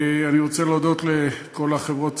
אני רוצה להודות לכל החברות הציבוריות.